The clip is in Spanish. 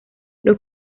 los